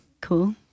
Cool